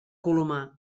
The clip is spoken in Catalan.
colomar